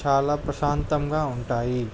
చాలా ప్రశాంతంగా ఉంటాయి